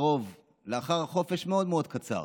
שלאחר חופש מאוד מאוד קצר,